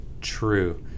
true